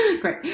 Great